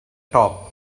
top